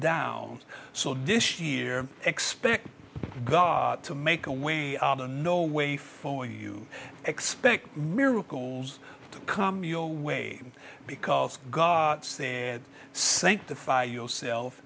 down so this year expect god to make a way no way for you expect miracles to come your way because god sanctify yourself